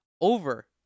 over